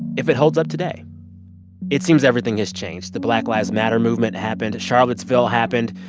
if it holds up today it seems everything has changed. the black lives matter movement happened. charlottesville happened.